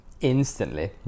instantly